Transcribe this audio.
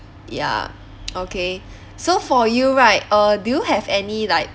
ya okay so for you right uh do you have any like